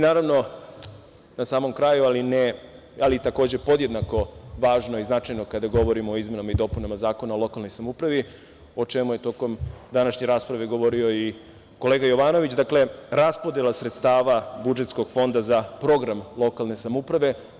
Naravno, na samom kraju, ali takođe podjednako važno i značajno kada govorimo o izmenama i dopunama Zakona o lokalnoj samoupravi, o čemu je tokom današnje rasprave govorio i kolega Jovanović, dakle, raspodela sredstava budžetskog fonda za program lokalne samouprave.